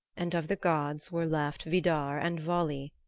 and of the gods were left vidar and vali,